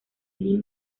himno